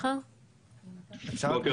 בוקר